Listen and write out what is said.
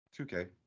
2K